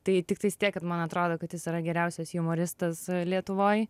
tai tiktais tiek kad man atrodo kad jis yra geriausias jumoristas lietuvoj